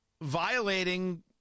violating